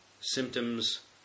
symptoms